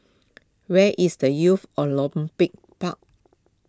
where is the Youth Olympic Park